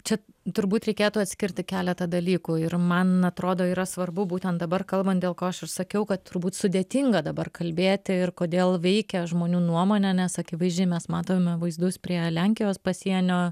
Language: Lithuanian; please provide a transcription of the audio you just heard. čia turbūt reikėtų atskirti keletą dalykų ir man atrodo yra svarbu būtent dabar kalbant dėl ko aš ir sakiau kad turbūt sudėtinga dabar kalbėti ir kodėl veikia žmonių nuomonę nes akivaizdžiai mes matome vaizdus prie lenkijos pasienio